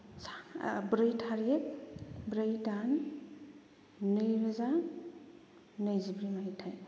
सा ब्रै थारिख ब्रै दान नैरोजा नैजिब्रै मायथाइ